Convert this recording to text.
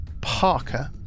Parker